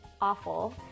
awful